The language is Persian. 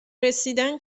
رسیدن